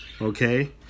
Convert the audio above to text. Okay